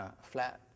flat